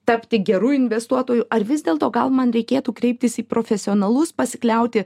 tapti geru investuotoju ar vis dėl to gal man reikėtų kreiptis į profesionalus pasikliauti